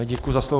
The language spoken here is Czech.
Děkuji za slovo.